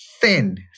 thin